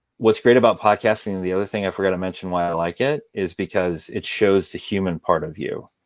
what's great about podcasting, and the other thing i forgot to mention why i like it, is because it shows the human part of you.